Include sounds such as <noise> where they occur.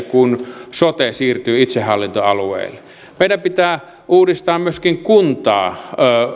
<unintelligible> kuin sote siirtyy itsehallintoalueelle meidän pitää uudistaa myöskin kuntaa